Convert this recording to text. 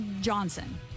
Johnson